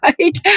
right